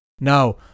Now